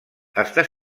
està